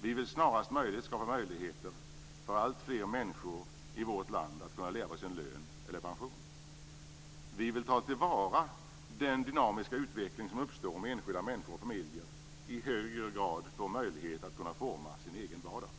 Vi vill snarast möjligt skapa möjligheter för alltfler människor i vårt land att leva på sin lön eller pension. Vi vill ta till vara den dynamiska utveckling som uppstår om enskilda människor och familjer i högre grad får möjlighet att forma sin egen vardag.